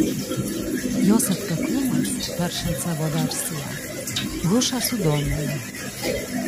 jos atkaklumas peršant savo versiją hušą sudomino